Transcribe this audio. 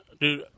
dude